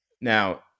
Now